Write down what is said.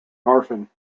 orphan